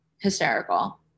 hysterical